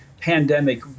pandemic